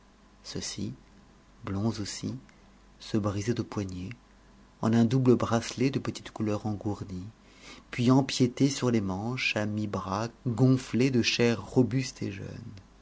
ceux-ci blonds aussi se brisaient aux poignets en un double bracelet de petites couleurs engourdies puis empiétaient sur les manches à mi bras gonflés de chair robuste et jeune